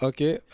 Okay